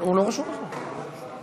(חקיקת משנה הקובעת